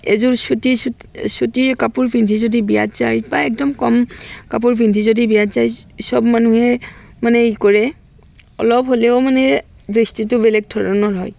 এযোৰ চুটি চুটি কাপোৰ পিন্ধি যদি বিয়াত যায় বা একদম কম কাপোৰ পিন্ধি যদি বিয়াত যায় চব মানুহে মানে ই কৰে অলপ হ'লেও মানে দৃষ্টিটো বেলেগ ধৰণৰ হয়